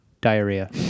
diarrhea